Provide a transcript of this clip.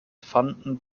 fanden